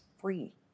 free